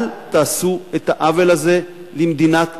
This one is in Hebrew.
אל תעשו את העוול הזה למדינת ישראל.